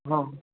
हां